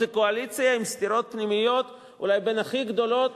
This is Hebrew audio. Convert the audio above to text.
זו קואליציה עם סתירות פנימיות אולי בין הכי גדולות